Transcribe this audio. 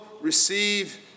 receive